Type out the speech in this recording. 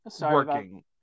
working